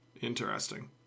Interesting